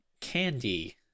candy